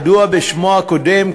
הידוע בשמו הקודם,